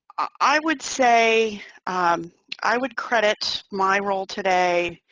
i would say um i would credit my role today,